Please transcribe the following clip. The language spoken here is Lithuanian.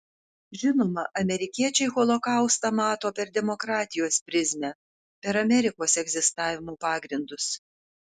žinoma amerikiečiai holokaustą mato per demokratijos prizmę per amerikos egzistavimo pagrindus